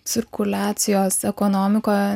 cirkuliacijos ekonomika